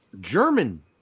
German